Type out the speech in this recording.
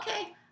okay